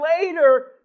later